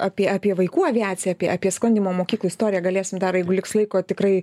apie apie vaikų aviaciją apie apie sklandymo mokyklų istoriją galėsim dar jeigu liks laiko tikrai